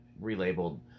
relabeled